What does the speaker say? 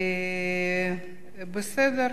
בעד,